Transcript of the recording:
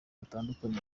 batandukanye